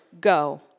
Go